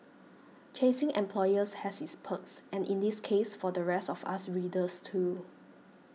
chasing employers has its perks and in this case for the rest of us readers too